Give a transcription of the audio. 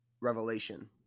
revelation